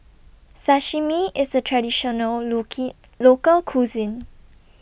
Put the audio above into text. Sashimi IS A Traditional Local Cuisine